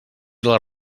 les